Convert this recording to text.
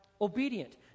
obedient